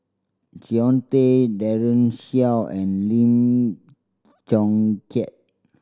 Jean Tay Daren Shiau and Lim Chong Keat